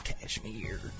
Cashmere